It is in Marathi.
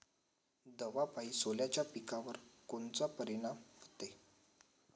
दवापायी सोल्याच्या पिकावर कोनचा परिनाम व्हते?